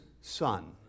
Son